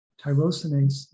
Tyrosinase